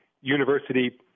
university